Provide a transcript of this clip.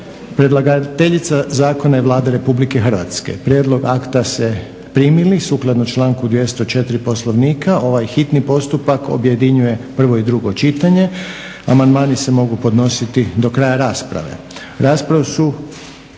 Predlagateljica zakona je Vlada Republike Hrvatske. Prijedlog akta ste primili. Sukladno članku 204. Poslovnika hitni postupak objedinjuje prvo i drugo čitanje. Amandmani se mogu podnositi do kraja rasprave.